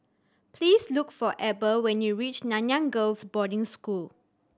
please look for Eber when you reach Nanyang Girls' Boarding School